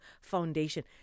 foundation